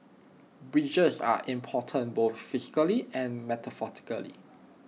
bridges are important both physically and metaphorically